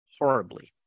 horribly